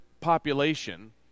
population